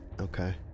Okay